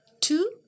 two